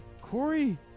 Corey